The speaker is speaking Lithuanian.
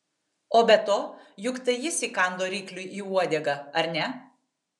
o be to juk tai jis įkando rykliui į uodegą ar ne